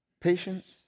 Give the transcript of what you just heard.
Patience